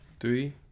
Three